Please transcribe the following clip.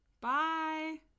Bye